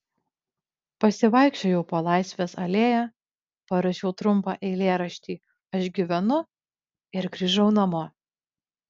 pasivaikščiojau po laisvės alėją parašiau trumpą eilėraštį aš gyvenu ir grįžau namo